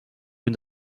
une